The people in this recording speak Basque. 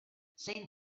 zein